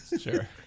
sure